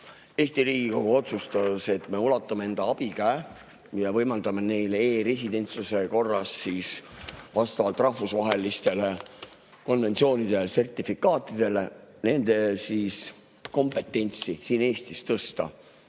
Eesti Riigikogu otsustas, et me ulatame enda abikäe ja võimaldame neil e‑residentsuse korras vastavalt rahvusvahelistele konventsioonidele ja sertifikaatidele oma kompetentsi Eestis tõsta.